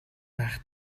байх